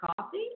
coffee